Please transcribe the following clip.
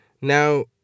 Now